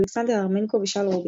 אולכסנדר ארמנקו ושאול רובינק.